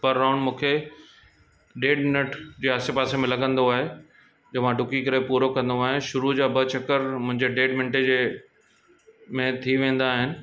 पर राउंड मूंखे ॾेढ मिंट जे आसे पासे में लॻंदो आहे जो मां ॾुकी करे पूरो कंदो आहियां शुरूअ जा ॿ चकर मुंहिंजे ॾेढ मिंटे जे में थी वेंदा आहिनि